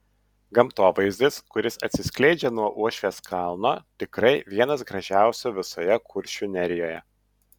gamtovaizdis kuris atsiskleidžia nuo uošvės kalno tikrai vienas gražiausių visoje kuršių nerijoje